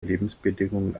lebensbedingungen